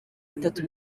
bitatu